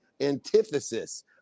antithesis